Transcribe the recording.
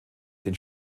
den